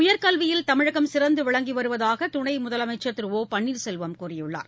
உயர்கல்வியில் தமிழகம் சிறந்துவிளங்கிவருவதாகதுணைமுதலனமச்சர் திரு ஒ பன்னீர்செல்வம் கூறியுள்ளார்